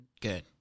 Good